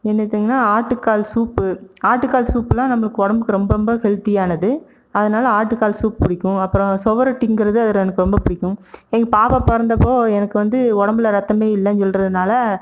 என்னதுங்கன்னா ஆட்டுக் கால் சூப்பு ஆட்டுக் கால் சூப்புலாம் நம்மளுக்கு உடம்புக்கு ரொம்ப ரொம்ப ஹெல்த்தியானது அதனால் ஆட்டுக் கால் சூப் பிடிக்கும் அப்புறம் சுவரொட்டிங்கிறது அதில் எனக்கு ரொம்ப பிடிக்கும் எங்கள் பாப்பா பிறந்தப்போ எனக்கு வந்து உடம்புல ரத்தமே இல்லைன்னு சொல்கிறதுனால